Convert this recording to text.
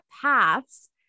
paths